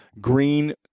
green